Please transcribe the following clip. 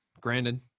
Granted